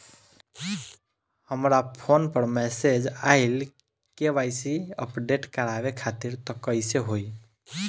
हमरा फोन पर मैसेज आइलह के.वाइ.सी अपडेट करवावे खातिर त कइसे होई?